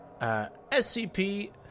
SCP